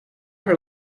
her